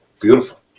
Beautiful